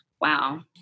Wow